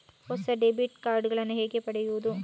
ಹೊಸ debit card ನ್ನು ಹೇಗೆ ಪಡೆಯುದು?